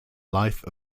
life